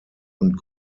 und